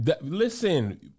Listen